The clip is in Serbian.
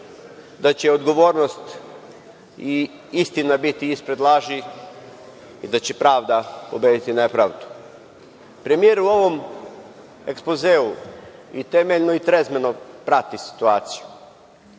da će odgovornost i istina biti ispred laži i da će pravda pobediti nepravdu. Premijer o ovom ekspozeu i temeljno i trezveno prati situaciju,